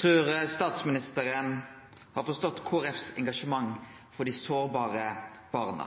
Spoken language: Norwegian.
trur statsministeren har forstått Kristeleg Folkepartis engasjement for dei sårbare barna.